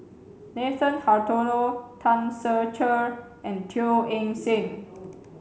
Nathan Hartono Tan Ser Cher and Teo Eng Seng